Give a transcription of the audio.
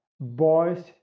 Boys